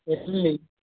ಎಲ್ಲಿ